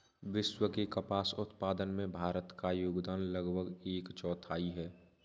विश्व के कपास उत्पादन में भारत का योगदान लगभग एक चौथाई है